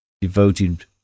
devoted